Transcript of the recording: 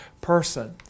person